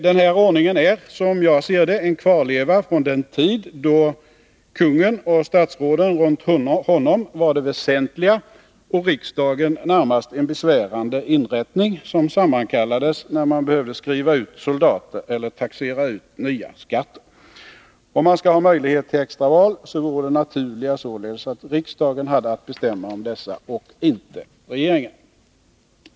Den här ordningen är, som jag ser det, en kvarleva från den tid då kungen och statsråden runt honom var det väsentliga och riksdagen närmast en besvärande inrättning, som sammankallades när man behövde skriva ut soldater eller taxera ut nya skatter. Om man skall ha möjlighet till extra val, vore det naturliga således att riksdagen hade att bestämma om dessa, inte regeringen.